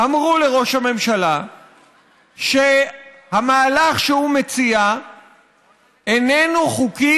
אמרו לראש הממשלה שהמהלך שהוא מציע איננו חוקי,